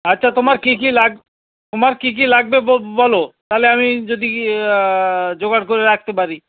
আচ্ছা তোমার কী কী লাগ তোমার কী কী লাগবে বলো তাহলে আমি যদি জোগাড় করে রাখতে পারি